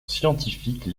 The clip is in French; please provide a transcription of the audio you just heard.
scientifique